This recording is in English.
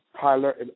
Tyler